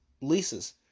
leases